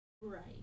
Right